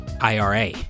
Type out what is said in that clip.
IRA